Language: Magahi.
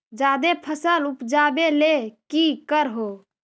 जादे फसल उपजाबे ले की कर हो?